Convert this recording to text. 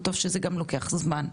וטוב שזה גם לוקח זמן,